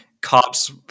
cops